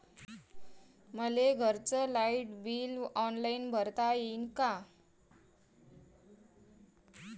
मले घरचं light bill online भरता येईन का?